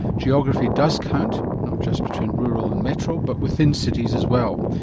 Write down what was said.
geography does count, not just between rural and metro but within cities as well.